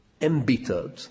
embittered